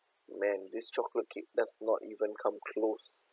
man this chocolate cake does not even come close